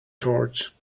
torch